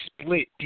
split